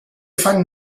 fan